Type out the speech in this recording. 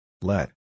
Let